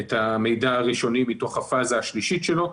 את המידע הראשוני מתוך הפאזה השלישית שלו,